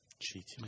Cheating